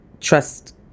trust